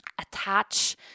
attach